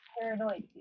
paranoid